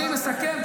אני מסכם,